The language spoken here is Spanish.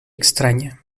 extraña